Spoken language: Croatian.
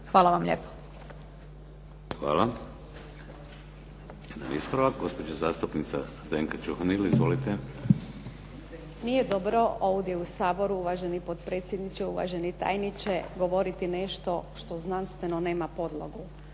Hvala vam lijepo.